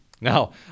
Now